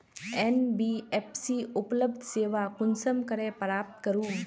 NBFC उपलब्ध सेवा कुंसम करे प्राप्त करूम?